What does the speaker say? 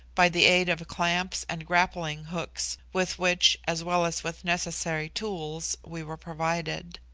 by the aid of clamps and grappling hooks, with which, as well as with necessary tools, we were provided.